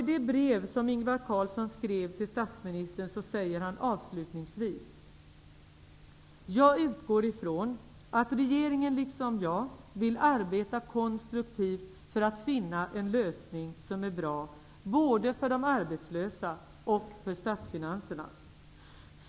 I det brev som Ingvar Carlsson skrev till statsministern säger han avslutningsvis: ''Jag utgår ifrån att regeringen liksom jag vill arbeta konstruktivt för att finna en lösning som är bra både för de arbetslösa och för statsfinanserna.